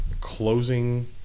closing